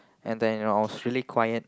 and then I was really quiet